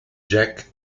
jack